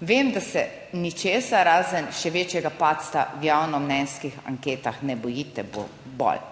Vem, da se ničesar, razen še večjega padca v javnomnenjskih anketah, ne bojite bolj.